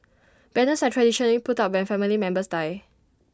banners are traditionally put up when family members die